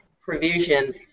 provision